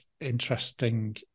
interesting